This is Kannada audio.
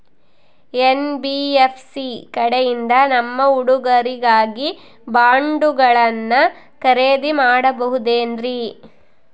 ಎನ್.ಬಿ.ಎಫ್.ಸಿ ಕಡೆಯಿಂದ ನಮ್ಮ ಹುಡುಗರಿಗಾಗಿ ಬಾಂಡುಗಳನ್ನ ಖರೇದಿ ಮಾಡಬಹುದೇನ್ರಿ?